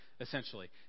Essentially